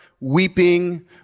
weeping